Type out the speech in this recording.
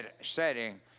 setting